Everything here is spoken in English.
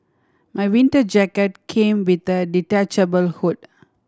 my winter jacket came with a detachable hood